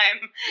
time